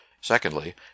Secondly